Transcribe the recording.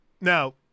now